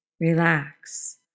relax